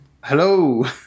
Hello